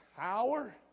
Power